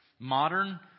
Modern